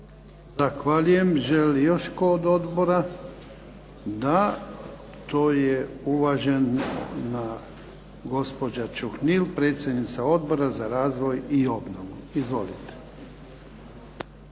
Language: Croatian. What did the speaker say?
Zahvaljujem. Želi li još tko od odbora? Da. Uvažena gospođa Čuhnil predsjednica Odbora za razvoj i obnovu. Izvolite.